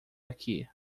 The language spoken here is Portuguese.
aqui